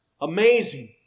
amazing